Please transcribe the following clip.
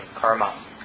karma